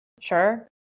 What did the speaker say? sure